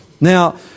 Now